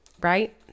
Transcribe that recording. right